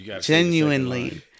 Genuinely